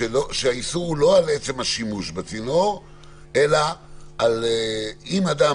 שהאיסור הוא לא על עצם השימוש בצינור אלא על אם אדם